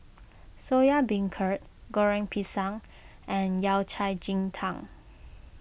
Soya Beancurd Goreng Pisang and Yao Cai Ji Tang